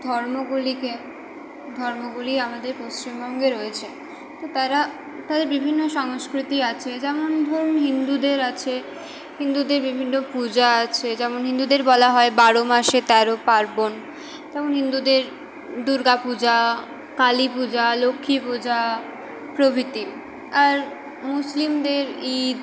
ধর্মগুলিকে ধর্মগুলি আমাদের পশ্চিমবঙ্গে রয়েছে তো তারা তাদের বিভিন্ন সংস্কৃতি আছে যেমন ধরুন হিন্দুদের আছে হিন্দুদের বিভিন্ন পূজা আছে যেমন হিন্দুদের বলা হয় বারো মাসে তেরো পার্বণ তেমন হিন্দুদের দুর্গা পূজা কালী পূজা লক্ষ্মী পূজা প্রভিতি আর মুসলিমদের ঈদ